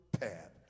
path